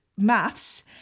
maths